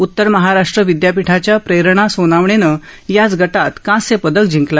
उतर महाराष्ट्र विद्यापीठाच्या प्रेरणा सोनावणेनं याच गटात कांस्य पदक जिंकलं